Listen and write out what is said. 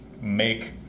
make